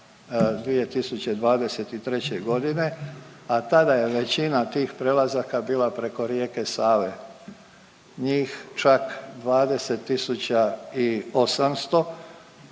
2023. g., a tada je većina tih prelazaka bila preko rijeke Save, njih čak 20 800,